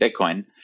Bitcoin